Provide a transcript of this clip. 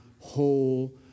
whole